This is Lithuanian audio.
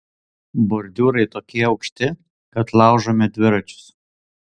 bordiūrai tokie aukšti kad laužome dviračius